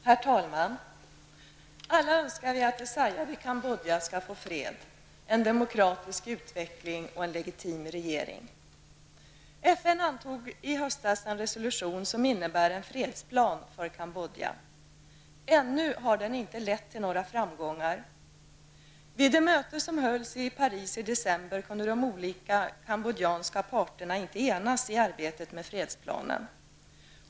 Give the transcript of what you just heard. Herr talman! Alla önskar vi att det sargade Kambodja skall få fred, en demokratisk utveckling och en legitim regering. FN antog i höstas en resolution som innebär en fredsplan för Kambodja. Ännu har den inte lett till några framgångar. Vid det möte som hölls i Paris i december kunde de olika kambodjanska parterna inte enas i arbetet med fredsplanen.